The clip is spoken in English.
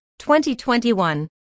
2021